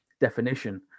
definition